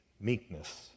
Meekness